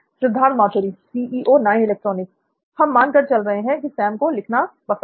सिद्धार्थ मातुरी हम मान कर चलते हैं की सैम को लिखना पसंद है